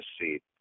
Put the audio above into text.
seat